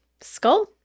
skull